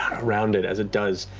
around it as it does.